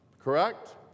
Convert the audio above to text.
Correct